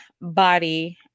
body